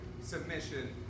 Submission